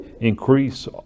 increase